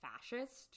fascist